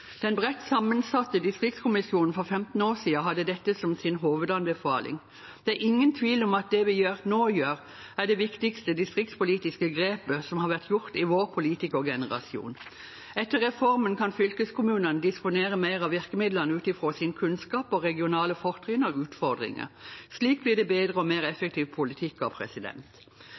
Den bredt sammensatte distriktskommisjonen for 15 år siden hadde dette som sin hovedanbefaling. Det er ingen tvil om at det vi nå gjør, et det viktigste distriktspolitiske grepet som har vært gjort i vår politikergenerasjon. Etter reformen kan fylkeskommunene disponere mer av virkemidlene ut fra sin kunnskap og regionale fortrinn og utfordringer. Slikt blir det bedre og mer effektiv politikk av.